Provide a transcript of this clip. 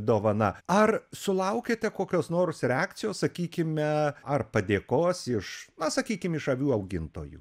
dovana ar sulaukiate kokios nors reakcijos sakykime ar padėkos iš na sakykim iš avių augintojų